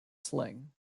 sling